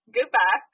Goodbye